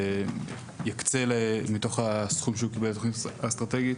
יקצה מתוך הסכום שהוא יקבל לתכנית אסטרטגית